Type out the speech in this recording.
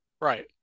Right